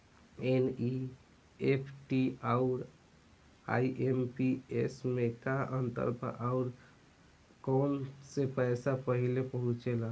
NEFT आउर IMPS मे का अंतर बा और आउर कौना से पैसा पहिले पहुंचेला?